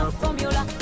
formula